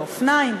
באופניים,